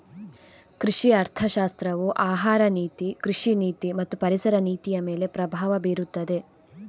ಕೃಷಿ ಅರ್ಥಶಾಸ್ತ್ರವು ಆಹಾರ ನೀತಿ, ಕೃಷಿ ನೀತಿ ಮತ್ತು ಪರಿಸರ ನೀತಿಯಮೇಲೆ ಪ್ರಭಾವ ಬೀರುತ್ತದೆ